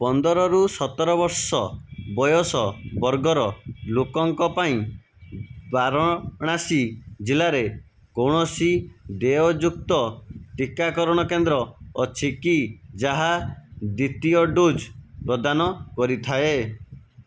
ପନ୍ଦରରୁ ସତର ବର୍ଷ ବୟସ ବର୍ଗର ଲୋକଙ୍କ ପାଇଁ ବାରଣାସୀ ଜିଲ୍ଲାରେ କୌଣସି ଦେୟଯୁକ୍ତ ଟିକାକରଣ କେନ୍ଦ୍ର ଅଛି କି ଯାହା ଦ୍ୱିତୀୟ ଡୋଜ୍ ପ୍ରଦାନ କରିଥାଏ